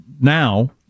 now